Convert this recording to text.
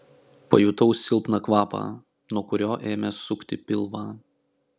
pajutau silpną kvapą nuo kurio ėmė sukti pilvą